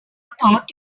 thought